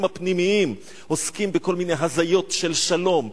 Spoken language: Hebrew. הפנימיים עוסקים בכל מיני הזיות של שלום,